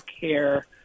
care